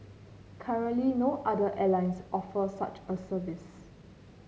currently no other airlines offer such a service